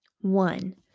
One